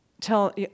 tell